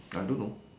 I don't know